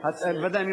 בוודאי.